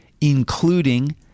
including